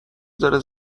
داره